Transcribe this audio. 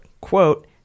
quote